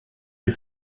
les